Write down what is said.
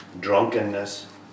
drunkenness